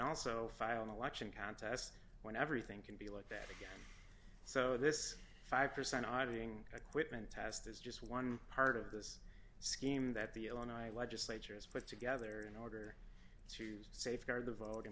also file an election contest when everything can be like that again so this five percent auditing equipment test is just one part of this scheme that the illinois legislature has put together in order to safeguard the vot